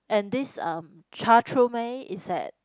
and this uh Cha Tra Mue is at